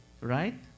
Right